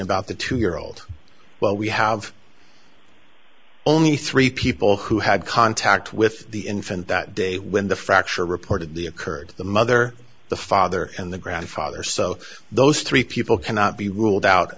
about the two year old well we have only three people who had contact with the infant that day when the fracture reportedly occurred the mother the father and the grandfather so those three people cannot be ruled